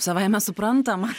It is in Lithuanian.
savaime suprantama